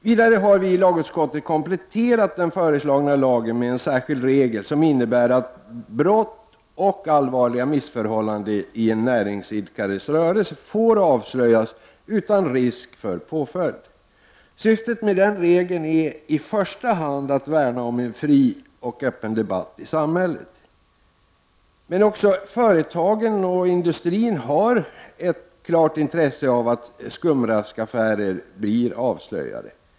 Vidare har vi i lagutskottet kompletterat den föreslagna lagen med en särskild regel, som innebär att brott och allvarliga missförhållanden i en näringsidkares rörelse får avslöjas utan risk för påföljd. Syftet med den regeln är i första hand att värna om en fri och öppen debatt i samhället. Men också företagen och industrin har ett klart intresse av att skumraskaffärer blir avslöjade.